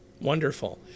Wonderful